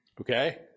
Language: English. Okay